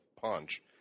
punch